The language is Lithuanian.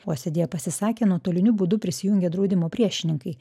posėdyje pasisakė nuotoliniu būdu prisijungę draudimo priešininkai